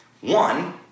One